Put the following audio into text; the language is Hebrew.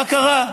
מה קרה?